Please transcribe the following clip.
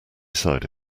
side